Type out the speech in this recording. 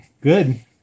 good